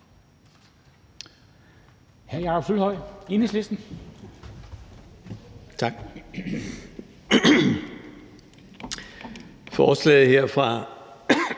Tak.